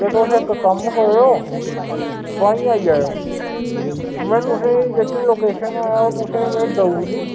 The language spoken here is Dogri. ते तुस इक कम्म करेओ तोआईं आई जाएओ मैं तोहेंगी इक लोकेशन तुसें में दऊ उड़ी